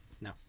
No